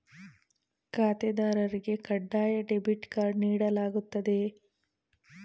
ಖಾತೆದಾರರಿಗೆ ಕಡ್ಡಾಯ debit card ನೀಡಲಾಗುತ್ತದೆಯೇ?